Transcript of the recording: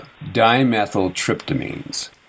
dimethyltryptamines